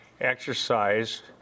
exercise